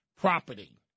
property